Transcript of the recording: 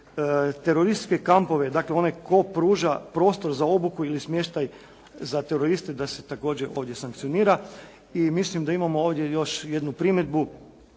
terorističke kampove, dakle onaj tko pruža prostor za obuku ili smještaj za teroriste da se također ovdje sankcionira i mislim da imamo ovdje još jednu primjedbu,